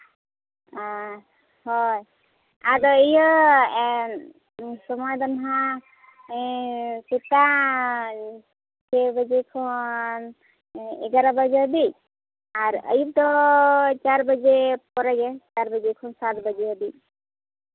ᱦᱮᱸ ᱦᱳᱭ ᱟᱫᱚ ᱤᱭᱟᱹ ᱥᱚᱢᱚᱭ ᱫᱚ ᱦᱟᱸᱜ ᱥᱮᱛᱟᱜ ᱪᱷᱚᱭ ᱵᱟᱡᱮ ᱠᱷᱚᱱ ᱮᱜᱟᱨᱳ ᱵᱟᱡᱮ ᱦᱟᱹᱵᱤᱡ ᱟᱨ ᱟᱹᱭᱩᱵ ᱫᱚ ᱪᱟᱨ ᱵᱟᱡᱮ ᱯᱚᱨᱮ ᱜᱮ ᱪᱟᱨ ᱵᱟᱡᱮ ᱠᱷᱚᱱ ᱥᱟᱛ ᱵᱟᱡᱮ ᱦᱟᱹᱵᱤᱡ